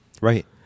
Right